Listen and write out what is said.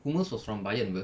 hummels was from bayern [pe]